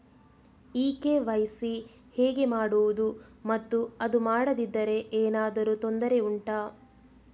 ಈ ಕೆ.ವೈ.ಸಿ ಹೇಗೆ ಮಾಡುವುದು ಮತ್ತು ಅದು ಮಾಡದಿದ್ದರೆ ಏನಾದರೂ ತೊಂದರೆ ಉಂಟಾ